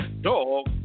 dog